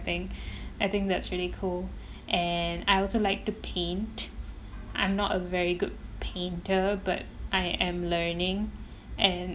I think that's really cool and I also like to paint I'm not a very good painter but I am learning and